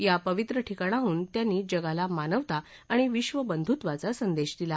या पवित्र ठिकाणाहन त्यांनी जगाला मानवता आणि विधबंधुत्वाचा संदेश दिला